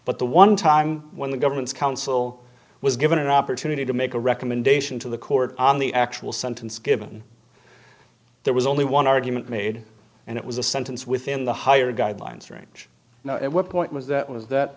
but the one time when the government's counsel was given an opportunity to make a recommendation to the court on the actual sentence given there was only one argument made and it was a sentence within the higher guidelines range at what point was that was that